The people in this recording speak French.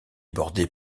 bordé